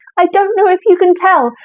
i don't know if you can tell,